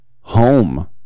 home